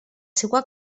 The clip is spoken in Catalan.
seua